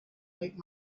make